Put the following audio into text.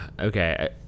Okay